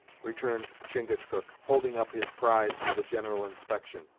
returned chingachgook, holding up his prize for the general inspection.